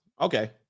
Okay